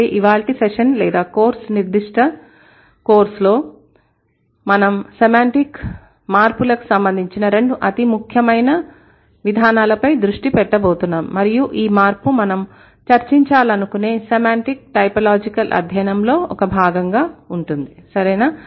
అయితే ఇవాల్టి సెషన్ లేదా కోర్స్ నిర్దిష్ట కోర్స్ లో మనం సెమాంటిక్ మార్పులకు సంబంధించిన రెండు అతి ముఖ్యమైన విధానాలపై దృష్టి పెట్టబోతున్నాం మరియు ఈ మార్పు మనం చర్చించా లనుకునే సెమాంటిక్ టైపలాజికల్ అధ్యయనంలో ఒక భాగంగా ఉంటుంది సరేనా